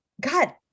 God